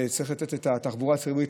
וצריך לתת את התחבורה הציבורית,